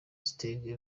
stegen